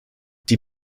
die